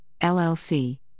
LLC